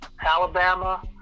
Alabama